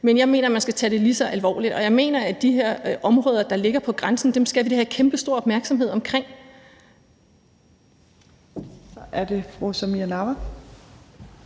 Men jeg mener, man skal tage det lige så alvorligt, og jeg mener, at de her områder, der ligger på grænsen, skal vi da have kæmpestor opmærksomhed omkring.